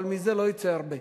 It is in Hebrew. אבל מזה לא יצא הרבה.